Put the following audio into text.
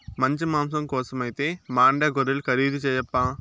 మంచి మాంసం కోసమైతే మాండ్యా గొర్రెలు ఖరీదు చేయప్పా